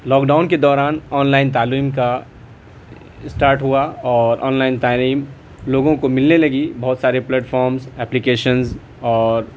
lock down کے دوران online تعلیم کا اسٹارٹ ہوا اور آن لائن تعلیم لوگوں کو ملنے لگی بہت سارے پلٹ فارمس اہلیکیشنز اور